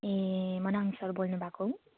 ए Manang sir बोल्नुभएको हो